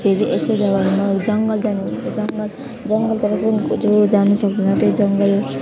फेरि यस्तो जग्गामा जङ्गल जानु जङ्गल जङ्गलतिर चाहिँ हो जो जानु सक्दैन त्यही जङ्गल